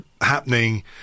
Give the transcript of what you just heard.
happening